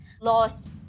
lost